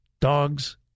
Dogs